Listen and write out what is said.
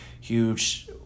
huge